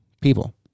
people